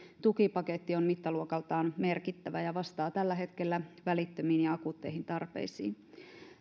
tukipaketti on mittaluokaltaan merkittävä ja vastaa tällä hetkellä välittömiin ja akuutteihin tarpeisiin